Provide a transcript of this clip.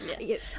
yes